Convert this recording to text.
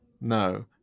No